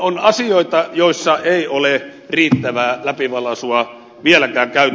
on asioita joissa ei ole riittävää läpivalaisua vieläkään käyty